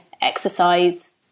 exercise